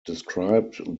described